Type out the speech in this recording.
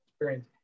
experience